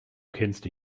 kennst